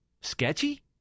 sketchy